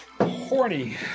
Horny